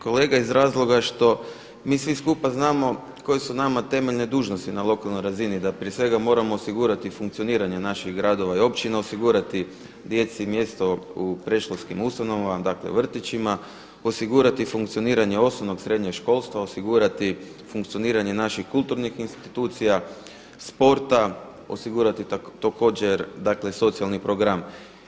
Kolega iz razloga što mi svi skupa znamo koje su nama temeljne dužnosti na lokalnoj razini da prije svega moramo osigurati funkcioniranje naših gradova i općina, osigurati djeci mjesto u predškolskim ustanovama, dakle vrtićima, osigurati funkcioniranje osnovnog, srednjeg školstva, osigurati funkcioniranje naših kulturnih institucija, sporta, osigurati također dakle socijalni program.